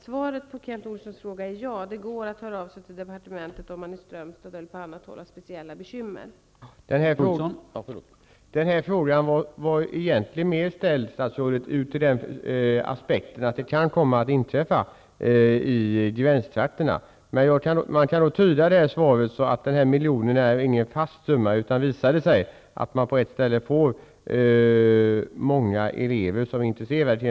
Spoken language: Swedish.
Svaret på Kent Olssons fråga är alltså: Ja, det går att höra av sig till departementet, om man har speciella bekymmer i Strömstad eller på annat håll.